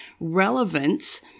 relevance